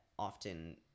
often